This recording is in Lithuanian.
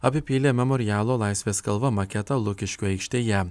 apipylė memorialo laisvės kalva maketą lukiškių aikštėje